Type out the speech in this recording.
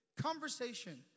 Conversation